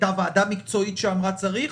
הייתה ועדה מקצועית שאמרה שצריך,